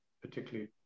particularly